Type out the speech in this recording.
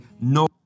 No